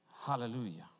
Hallelujah